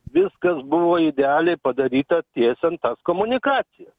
viskas buvo idealiai padaryta tiesiant tas komunikacijas